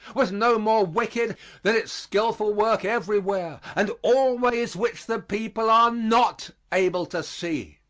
was no more wicked than its skillful work everywhere and always which the people are not able to see.